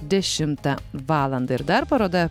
dešimtą valandą ir dar paroda